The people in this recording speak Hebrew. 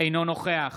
אינו נוכח